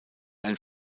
ein